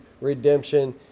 redemption